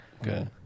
Okay